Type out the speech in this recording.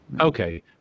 Okay